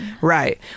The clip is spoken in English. Right